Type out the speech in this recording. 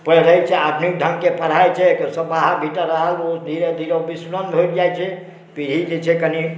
पढ़ै छै आधुनिक ढ़ंगके पढ़ाई छै तऽ सभ बाहर भीतर रहल धीरे धीरे ऑफिसमैन भेल जाइ छै पीढ़ीके छै कनि